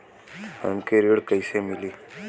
हमके ऋण कईसे मिली?